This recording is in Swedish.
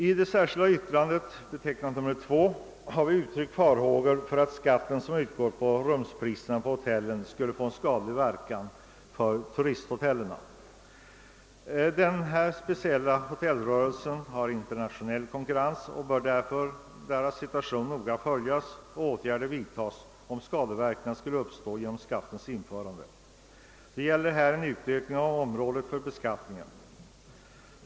I det särskilda yttrandet nr 2 har vi uttryckt farhågor för att skatten på hotellens rumspriser skulle få en skadlig inverkan för turisthotellen. Den här speciella hotellrörelsen har internationell konkurrens och dess situation bör därför noga beaktas och åtgärder insättas, om skadeverkningar skulle uppstå genom skattens införande. Det gäller här en utökning av beskattningen.